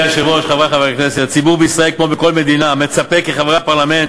הפרקליטות כבר החליטה להעמיד